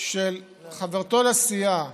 של חברתו לסיעה